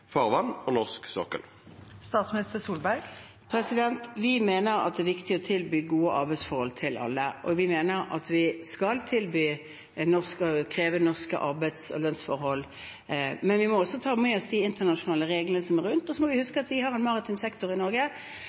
og norsk sokkel? Vi mener at det er viktig å tilby gode arbeidsforhold til alle, og vi mener at vi skal kreve norske arbeids- og lønnsforhold. Men vi må også ta med oss de internasjonale reglene som er rundt. Så må vi huske at vi har en maritim sektor i Norge